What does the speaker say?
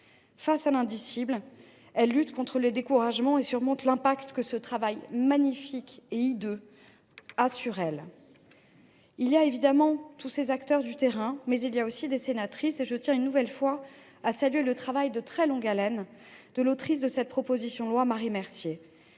Face à l’indicible, elles luttent contre le découragement et surmontent l’impact que ce travail magnifique et hideux a sur elles. Il y a évidemment tous ces acteurs de terrain, mais il y a aussi des sénatrices. À cet égard, je tiens une nouvelle fois à saluer le travail de longue haleine de l’autrice de cette proposition de loi, Marie Mercier.